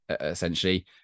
essentially